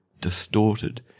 distorted